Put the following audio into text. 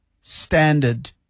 standard